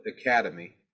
academy